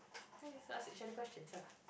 just ask each other questions ah